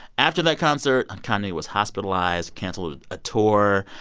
after that concert, kanye was hospitalized, canceled a tour.